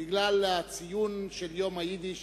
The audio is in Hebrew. בגלל הציון של יום היידיש